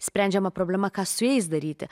sprendžiama problema ką su jais daryti